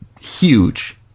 huge